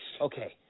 Okay